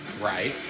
Right